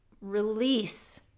Release